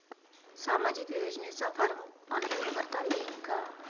सामाजिक योजनेचा form online भरता येईन का?